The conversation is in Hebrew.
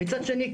מהצד השני,